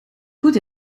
goed